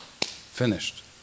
finished